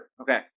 Okay